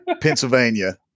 Pennsylvania